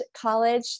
college